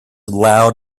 loud